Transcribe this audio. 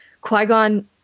Qui-Gon